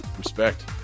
Respect